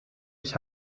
ich